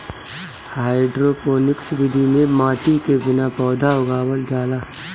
hydroponics विधि में माटी के बिना पौधा उगावल जाला